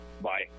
Bye